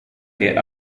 che